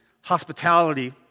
hospitality